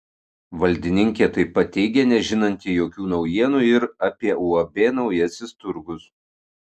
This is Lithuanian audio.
valdininkė taip pat teigė nežinanti jokių naujienų ir apie uab naujasis turgus